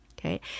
Okay